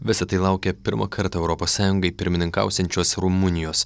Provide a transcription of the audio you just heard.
visa tai laukia pirmą kartą europos sąjungai pirmininkausiančios rumunijos